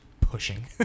pushing